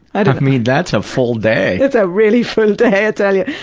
i like mean that's a full day. it's a really full day, i tell you.